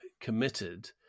committed